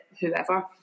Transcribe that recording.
whoever